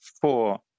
four